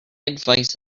advice